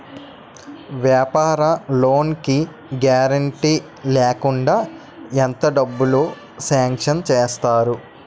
వ్యాపార లోన్ కి గారంటే లేకుండా ఎంత డబ్బులు సాంక్షన్ చేస్తారు?